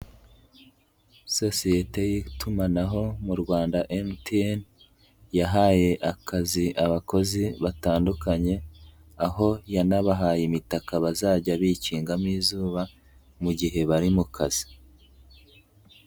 Sosiyete y'itumanaho mu Rwanda MTN yahaye akazi abakozi batandukanye aho yanabahaye imitaka bazajya bikingamo izuba mu gihe bari mu kazi.